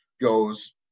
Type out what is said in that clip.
goes